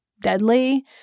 deadly